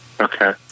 Okay